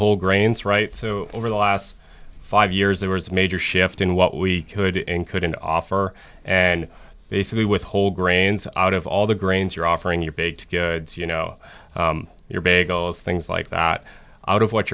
whole grains right so over the last five years there was a major shift in what we could and couldn't offer and basically with whole grains out of all the grains you're offering your baked goods you know your bagels things like that out of what